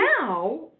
now